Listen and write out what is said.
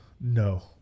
No